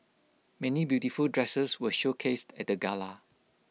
many beautiful dresses were showcased at the gala